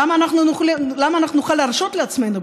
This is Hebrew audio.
למה אנחנו בכלל נוכל להרשות לעצמנו,